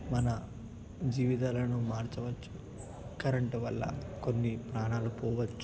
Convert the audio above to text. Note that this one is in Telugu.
మన జీవితాలను మార్చవచ్చు కరెంట్ వల్ల కొన్ని ప్రాణాలు పోవచ్చు